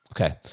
Okay